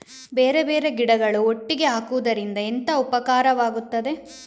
ಬೇರೆ ಬೇರೆ ಗಿಡಗಳು ಒಟ್ಟಿಗೆ ಹಾಕುದರಿಂದ ಎಂತ ಉಪಕಾರವಾಗುತ್ತದೆ?